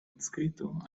adscrito